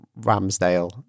Ramsdale